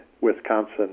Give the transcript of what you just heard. Wisconsin